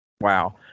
Wow